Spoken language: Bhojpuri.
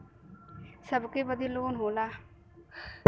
सबके बदे लोन होला